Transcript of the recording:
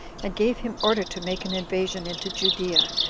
and gave him order to make an invasion into judea,